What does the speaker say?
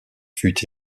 fut